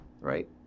right